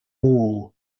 mall